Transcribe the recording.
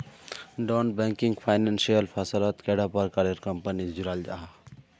Non banking financial फसलोत कैडा प्रकारेर कंपनी जुराल जाहा?